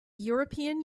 european